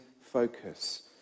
focus